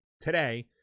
today